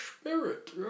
spirit